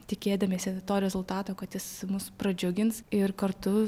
tikėdamiesi to rezultato kad jis mus pradžiugins ir kartu